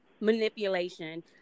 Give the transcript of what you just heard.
manipulation